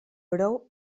brou